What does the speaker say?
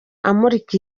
amurika